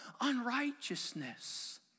unrighteousness